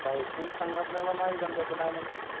biking സംഘടനകളുമായി ബന്ധപ്പെടാനും